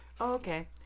Okay